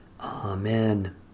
Amen